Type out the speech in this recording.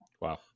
Wow